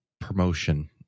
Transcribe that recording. promotion